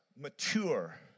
mature